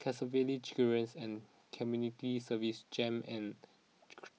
Canossaville chicken rings and Community Services Jem and